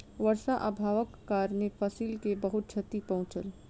वर्षा अभावक कारणेँ फसिल के बहुत क्षति पहुँचल